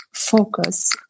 focus